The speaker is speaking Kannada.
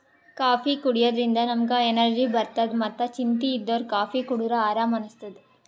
ಕಾಫೀ ಕುಡ್ಯದ್ರಿನ್ದ ನಮ್ಗ್ ಎನರ್ಜಿ ಬರ್ತದ್ ಮತ್ತ್ ಚಿಂತಿ ಇದ್ದೋರ್ ಕಾಫೀ ಕುಡದ್ರ್ ಆರಾಮ್ ಅನಸ್ತದ್